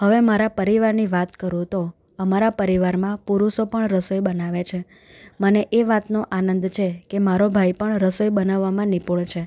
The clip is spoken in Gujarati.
હવે મારા પરિવારની વાત કરું તો અમારા પરિવારમાં પુરુષો પણ રસોઈ બનાવે છે મને એ વાતનો આનંદ છે કે મારો ભાઈ પણ રસોઈ બનાવવામાં નિપુણ છે